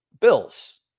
Bills